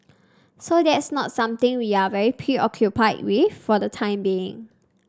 so that's not something we are very preoccupied with for the time being